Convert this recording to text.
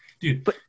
Dude